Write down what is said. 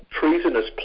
treasonous